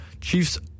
Chiefs